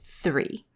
three